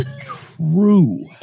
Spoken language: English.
True